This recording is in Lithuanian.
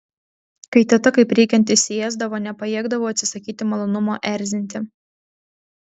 kai teta kaip reikiant įsiėsdavo nepajėgdavau atsisakyti malonumo erzinti